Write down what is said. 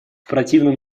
противном